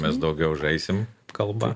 mes daugiau žaisim kalba